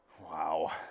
Wow